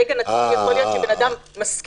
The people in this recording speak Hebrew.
ברגע נתון יכול להיות שבן אדם מסכים,